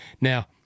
Now